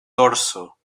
dorso